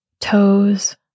Toes